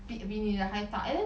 比比你的还大 and then